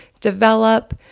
develop